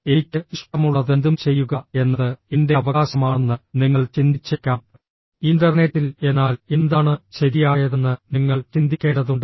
എനിക്ക് ഇഷ്ടമുള്ളതെന്തും ചെയ്യുക എന്നത് എന്റെ അവകാശമാണെന്ന് നിങ്ങൾ ചിന്തിച്ചേക്കാം ഇന്റർനെറ്റിൽ എന്നാൽ എന്താണ് ശരിയായതെന്ന് നിങ്ങൾ ചിന്തിക്കേണ്ടതുണ്ട്